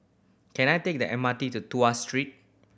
can I take the M R T to Tuas Street